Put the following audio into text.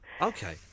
Okay